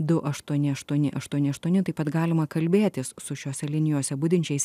du aštuoni aštuoni aštuoni aštuoni taip pat galima kalbėtis su šiose linijose budinčiais